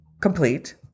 complete